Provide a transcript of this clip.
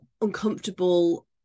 uncomfortable